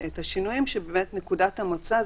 נקודת המוצא,